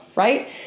right